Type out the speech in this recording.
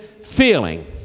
feeling